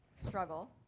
struggle